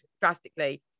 drastically